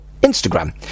Instagram